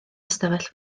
ystafell